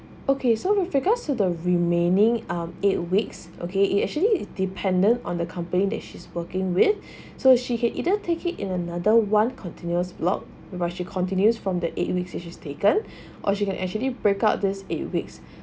okay so with regards to the remaining um eight weeks okay it actually is dependent on the company that she's working with so she can either take it in another one continuous block whereby she continues from the eight weeks is she taken or she actually break out this eight weeks